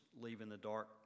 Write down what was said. leave-in-the-dark